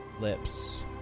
lips